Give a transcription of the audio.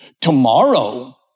Tomorrow